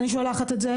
אני שולחת את זה,